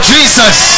Jesus